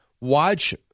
Watch